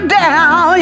down